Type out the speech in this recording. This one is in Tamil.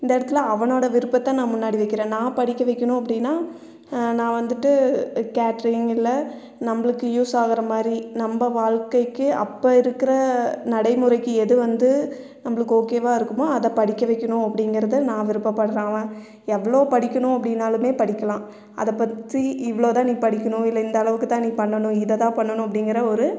இந்தெடத்தில் அவனோடய விருப்பத்தை நான் முன்னாடி வைக்கிறேன் நான் படிக்க வைக்கணும் அப்படினா நான் வந்துட்டு கேட்ரிங் இல்லை நம்மளுக்கு யூஸ் ஆகிற மாதிரி நம்ப வாழ்க்கைக்கு அப்போ இருக்கிற நடைமுறைக்கு எது வந்து நம்பளுக்கு ஓகேவாக இருக்குமோ அதை படிக்க வைக்கணும் அப்படிங்கறத நநான் விருப்பப்படறேன் அவன் எவ்வளோ படிக்கணும் அப்படினாலுமே படிக்கலாம் அதை பற்றி இவ்வளோதான் நீ படிக்கணும் இல்லை இந்தளவுக்குதான் நீ பண்ணணும் இதைதான் பண்ணணும் அப்படிங்கற ஒரு